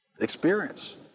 experience